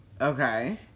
Okay